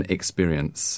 Experience